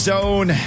Zone